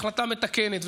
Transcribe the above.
החלטה מתקנת,